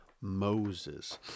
Moses